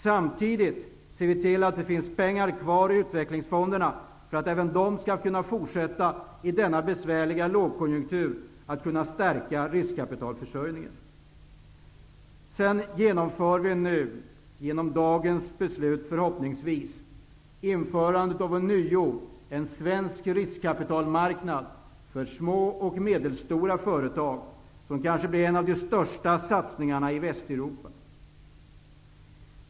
Samtidigt ser vi till att det finns pengar kvar i utvecklingsfonderna, för att även de skall kunna fortsätta att stärka riskkapitalförsörjningen i denna besvärliga lågkonjunktur. Vi inför, förhoppningsvis genom dagens beslut, en svensk riskkapitalmarknad för små och medelstora företag. Det blir kanske en av de största satsningarna i Västeuropa.